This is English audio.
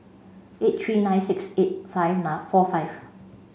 eight three nine six eight five four five